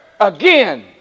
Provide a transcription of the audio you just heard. again